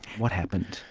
what happened?